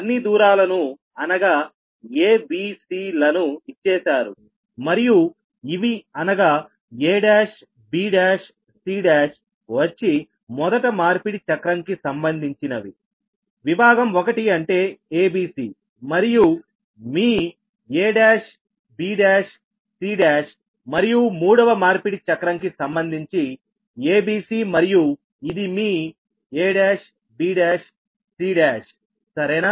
అన్ని దూరాలను అనగా a b c లను ఇచ్చేశారు మరియు ఇవి అనగా a1 b1 c1 వచ్చి మొదట మార్పిడి చక్రం కి సంబంధించినవివిభాగం ఒకటి అంటే a b c మరియు మీ a1 b1 c1 మరియు మూడవ మార్పిడి చక్రం కి సంబంధించి a b c మరియు ఇది మీ a1 b1 c1 సరేనా